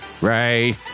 ray